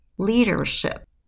Leadership